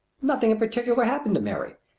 nothing in particular happened to mary.